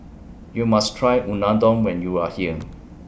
YOU must Try Unadon when YOU Are here